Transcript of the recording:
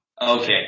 Okay